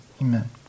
amen